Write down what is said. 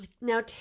Now